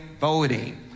voting